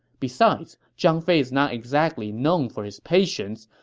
besides, zhang fei is not exactly known for his patience,